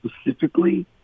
specifically